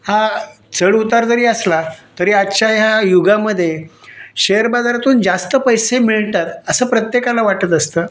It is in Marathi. हा चढउतार जरी असला तरी आजच्या ह्या युगामध्ये शेअर बाजारातून जास्त पैसे मिळतात असं प्रत्येकाला वाटत असतं